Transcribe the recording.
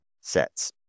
sets